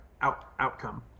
outcome